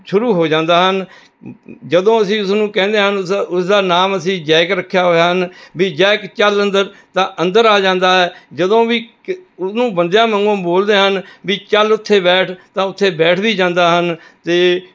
ਸ਼ੁਰੂ ਹੋ ਜਾਂਦਾ ਹਨ ਜਦੋਂ ਅਸੀਂ ਉਸ ਨੂੰ ਕਹਿੰਦੇ ਹਨ ਉਸਦਾ ਉਸਦਾ ਨਾਮ ਅਸੀਂ ਜੈਕ ਰੱਖਿਆ ਹੋਇਆ ਹਨ ਵੀ ਜੈਕ ਚੱਲ ਅੰਦਰ ਤਾਂ ਅੰਦਰ ਆ ਜਾਂਦਾ ਹੈ ਜਦੋਂ ਵੀ ਕ ਉਸ ਨੂੰ ਬੰਦਿਆਂ ਵਾਂਗੂੰ ਬੋਲਦੇ ਹਨ ਵੀ ਚੱਲ ਉੱਥੇ ਬੈਠ ਤਾਂ ਉੱਥੇ ਬੈਠ ਵੀ ਜਾਂਦਾ ਹਨ ਅਤੇ